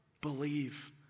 Believe